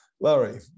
Larry